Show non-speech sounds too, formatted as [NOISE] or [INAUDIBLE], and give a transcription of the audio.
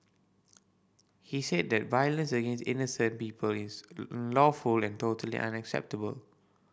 he said that violence against innocent people is [HESITATION] lawful and totally unacceptable